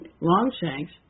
Longshanks